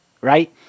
right